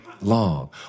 long